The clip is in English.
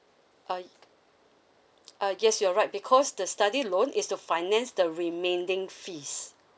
uh y~ uh yes you're right because the study loan is to finance the remaining fees